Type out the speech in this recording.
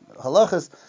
halachas